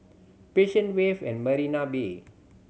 Passion Wave at Marina Bay